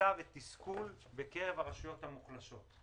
תסיסה ותסכול בקרב הרשויות המוחלשות.